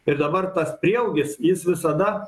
ir dabar tas prieaugis jis visada